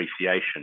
appreciation